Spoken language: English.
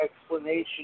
explanation